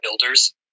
builders